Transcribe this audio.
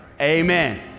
amen